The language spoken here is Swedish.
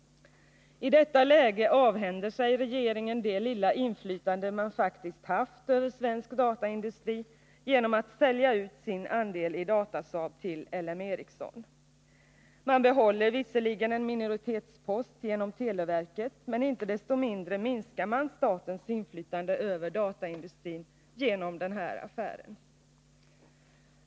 I detta läge avhänder sig regeringen det lilla inflytande man faktiskt haft över svensk dataindustri genom att sälja ut sin andel i Datasaab till LM Ericsson. Man behåller visserligen en minoritetspost genom televerket, men inte desto mindre minskar man statens inflytande över dataindustrin genom den här affären.